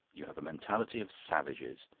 you have the mentality of savages.